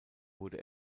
wurde